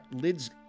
lids